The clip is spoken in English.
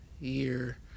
year